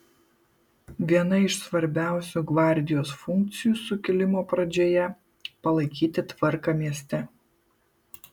viena iš svarbiausių gvardijos funkcijų sukilimo pradžioje palaikyti tvarką mieste